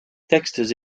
textes